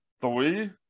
three